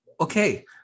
okay